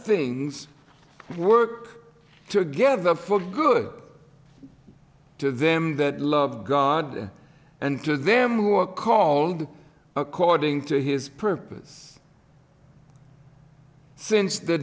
things work together for good to them that love god and to them who are called according to his purpose since the